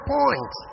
point